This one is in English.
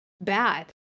bad